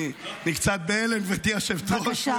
אני קצת בהלם, גברתי היושבת-ראש.